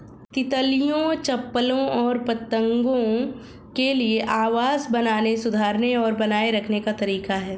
तितलियों, चप्पलों और पतंगों के लिए आवास बनाने, सुधारने और बनाए रखने का तरीका है